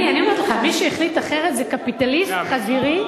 אני אומרת לך, מי שהחליט אחרת, זה קפיטליסט חזירי.